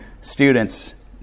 students